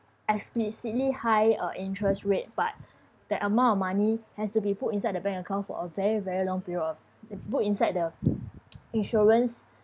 explicitly high uh interest rate but that amount of money has to be put inside the bank account for a very very long period of the put inside the insurance